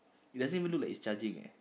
it doesn't even look like it's charging eh